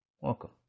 Welcome